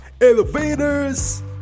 elevators